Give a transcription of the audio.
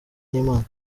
n’imana